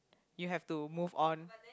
you have to move on